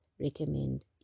recommend